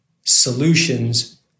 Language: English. solutions